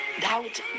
doubt